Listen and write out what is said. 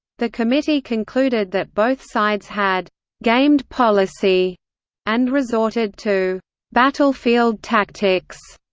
the committee concluded that both sides had gamed policy and resorted to battlefield tactics,